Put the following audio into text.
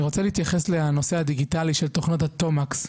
אני רוצה להתייחס לנושא הדיגטלי של תוכנות התומקס,